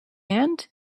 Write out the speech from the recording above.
end